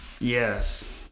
Yes